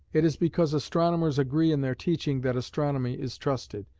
it is because astronomers agree in their teaching that astronomy is trusted,